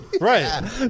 Right